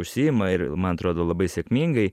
užsiima ir man atrodo labai sėkmingai